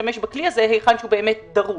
להשתמש בכלי הזה היכן שהוא באמת דרוש.